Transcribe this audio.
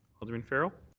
alderman farrell?